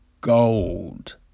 gold